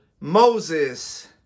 Moses